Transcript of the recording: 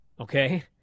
okay